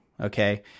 okay